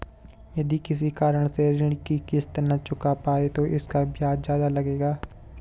यदि किसी कारण से ऋण की किश्त न चुका पाये तो इसका ब्याज ज़्यादा लगेगा?